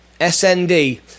SND